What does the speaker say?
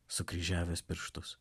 sukryžiavęs pirštus